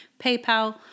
PayPal